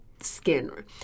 skin